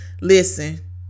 Listen